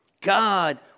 God